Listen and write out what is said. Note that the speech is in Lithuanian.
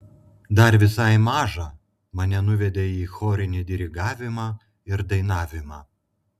dar visai mažą mane nuvedė į chorinį dirigavimą ir dainavimą